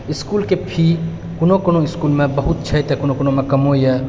इसकुलके फी कोनो कोनो इसकुलमे बहुत छै तऽ कोनो कोनोमे कमो अइ